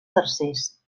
tercers